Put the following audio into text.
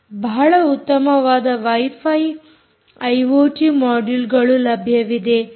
ಬಹಳ ಉತ್ತಮವಾದ wifi IoT ಮೊಡ್ಯುಲ್ಗಳು ಲಭ್ಯವಿದೆ